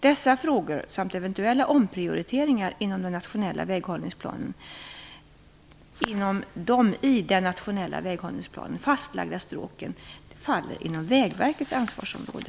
Dessa frågor samt eventuella omprioriteringar inom de i den nationella väghållningsplanen fastlagda stråken faller inom Vägverkets ansvarsområde.